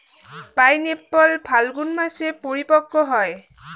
pineapple ফাল্গুন মাসে পরিপক্ব হয়